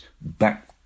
back